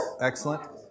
Excellent